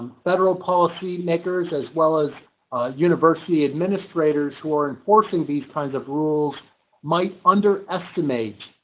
federal policymakers as well as university administrators who are enforcing these kinds of rules might underestimate?